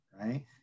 Right